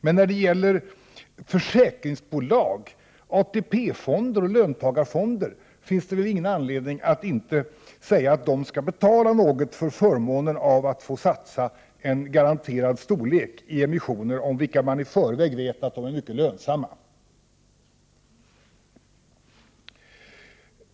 Men när det gäller försäkringsbolag, ATP-fonder och löntagarfonder finns det väl inte anledning att inte säga att de skall betala något för förmånen att få satsa ett garanterat belopp i emissioner om vilka man i förväg vet att de är mycket lönsamma.